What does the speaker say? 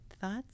thoughts